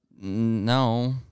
no